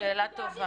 שאלה טובה.